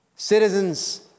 Citizens